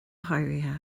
háirithe